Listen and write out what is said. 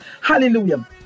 Hallelujah